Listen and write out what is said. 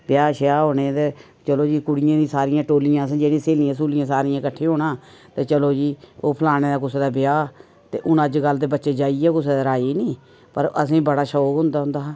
ब्याह् श्याह् होने ते चलो जी कुड़ियें दी सारी टोल्लियां जेह्ड़ियां स्हेलियां सहूलियां सारें कट्ठे होना ते चलो जी ओह् फलाने दे कुसै दे ब्याह् ते हून अज्ज कल्ल ते बच्चे जाइयै कुसै दे राजी नीं पर असेंगी बड़ा शौक हुंदा हुंदा हा